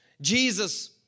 Jesus